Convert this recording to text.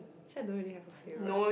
actually I don't really have a favorite one